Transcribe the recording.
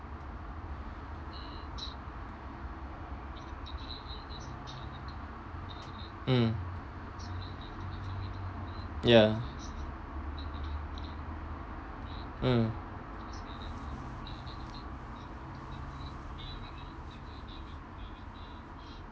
mm ya mm